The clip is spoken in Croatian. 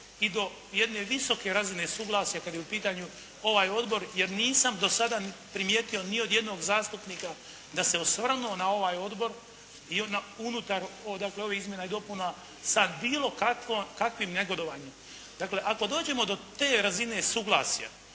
i do jedne visoke razine suglasja kad je u pitanju ovaj odbor jer nisam do sada primijetio ni od jednog zastupnika da se osvrnuo na ovaj odbor i na unutar dakle ovih izmjena i dopuna sa bilo kakvim negodovanjem. Dakle, ako dođemo do te razine suglasja